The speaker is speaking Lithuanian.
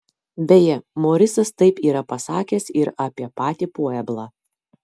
beje morisas taip yra pasakęs ir apie patį pueblą